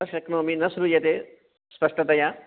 न शक्नोमि न श्रूयते स्पष्टतया